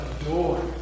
adore